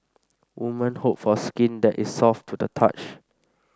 woman hope for skin that is soft to the touch